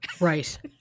Right